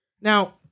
Now